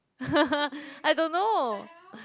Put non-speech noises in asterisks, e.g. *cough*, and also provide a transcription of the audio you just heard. *laughs* I don't know